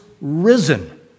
risen